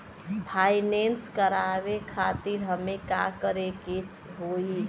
Finance करावे खातिर हमें का करे के होई?